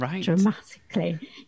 dramatically